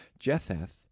Jetheth